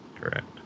Correct